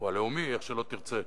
או הלאומי, איך שלא תרצה.